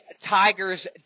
Tiger's